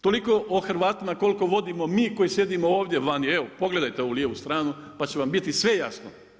Toliko o Hrvatima koliko vodimo koji sjedimo ovdje vani, evo pogledajte ovu lijevu stranu, pa će vam biti sve jasno.